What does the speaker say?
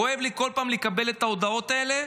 כואב לי כל פעם לקבל את ההודעות האלה.